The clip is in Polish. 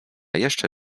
jeszcze